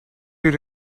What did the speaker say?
you